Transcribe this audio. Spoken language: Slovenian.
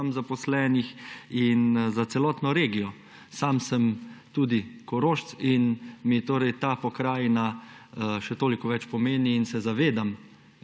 tam zaposlenih in za celotno regijo. Sam sem tudi Korošec in mi ta pokrajina še toliko več pomeni in se zavedam,